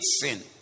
sin